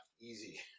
easy